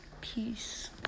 Peace